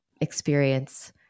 experience